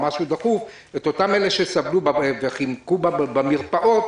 אותם אלה שסבלו וחיכו במרפאות,